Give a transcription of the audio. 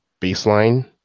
Baseline